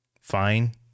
fine